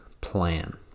plan